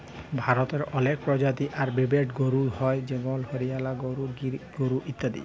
ভারতে অলেক পরজাতি আর ব্রিডের গরু হ্য় যেমল হরিয়ালা গরু, গির গরু ইত্যাদি